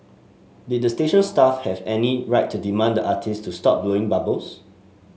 did the station staff have any right to demand the artist to stop blowing bubbles